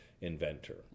inventor